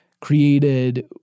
created